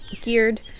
geared